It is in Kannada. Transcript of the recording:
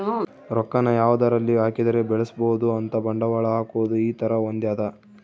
ರೊಕ್ಕ ನ ಯಾವದರಲ್ಲಿ ಹಾಕಿದರೆ ಬೆಳ್ಸ್ಬೊದು ಅಂತ ಬಂಡವಾಳ ಹಾಕೋದು ಈ ತರ ಹೊಂದ್ಯದ